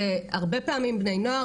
זה הרבה פעמים בני נוער,